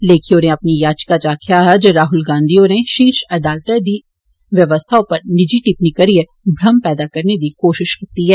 लेखी होरें अपनी याचिका च आक्खेआ ऐ जे राहुल गांधी होरें शीर्ष अदालतै दी बवस्था उप्पर निजी टिप्पणी करियै भ्रम पैदा करने दी कोशश कीती ऐ